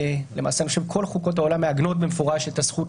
למעשה אני חושב כל חוקות העולם מעגנות במפורש את הזכות